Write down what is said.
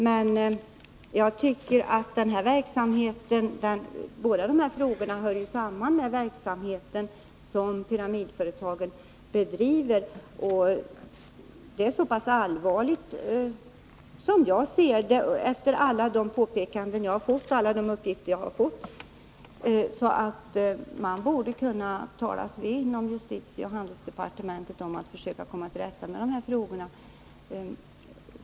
Men jag tycker att båda dessa frågor hör samman med den verksamhet som pyramidföretagen bedriver, och efter alla de påpekanden och uppgifter jag har fått är det här som jag ser det så pass allvarligt att man inom handelsoch justitiedepartementen borde kunna talas vid och försöka komma till rätta med de här frågorna.